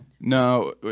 No